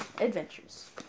Adventures